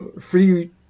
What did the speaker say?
free